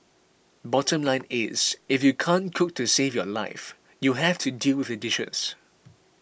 bottom line is if you can't cook to save your life you'll have to deal with the dishes